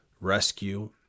rescue